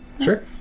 sure